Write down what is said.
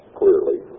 clearly